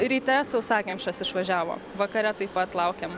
ryte sausakimšas išvažiavo vakare taip pat laukiam